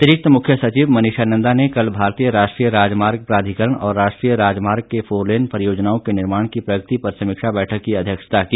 अतिरिक्त मुख्य सचिव मनीषा नन्दा ने कल भारतीय राष्ट्रीय राजमार्ग प्राधिकरण और राष्ट्रीय राजमार्ग के फोरलेन परियोजनाओं के निर्माण की प्रगति पर समीक्षा बैठक की अध्यक्षता की